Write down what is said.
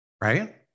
Right